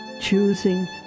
choosing